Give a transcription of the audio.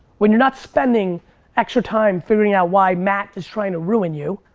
when you're not spending extra time figuring out why matt is trying to ruin you.